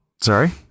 sorry